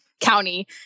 County